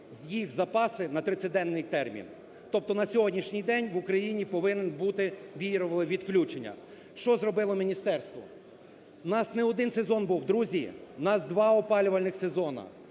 їх запаси на 30-денний термін. Тобто на сьогоднішній день в Україні повинне бути вієрове відключення. Що зробило міністерство? У нас не один сезон був, друзі, у нас два опалювальних сезони.